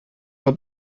i’ll